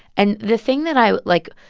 and the thing that i, like,